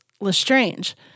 Lestrange